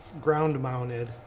ground-mounted